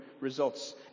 results